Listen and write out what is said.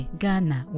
Ghana